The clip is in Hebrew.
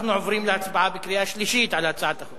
אנחנו עוברים להצבעה על הצעת החוק